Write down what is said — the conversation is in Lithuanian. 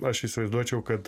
aš įsivaizduočiau kad